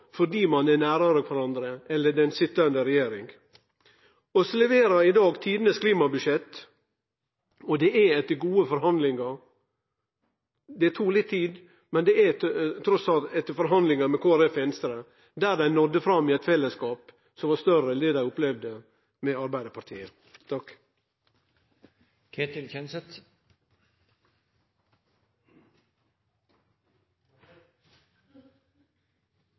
fordi ein er nærare kvarandre enn den sitjande regjeringa. Vi leverer i dag tidenes klimabudsjett, og det etter gode forhandlingar med Kristeleg Folkeparti og Venstre – det tok litt tid – der ein nådde fram i eit fellesskap som var større enn det dei opplevde med Arbeidarpartiet.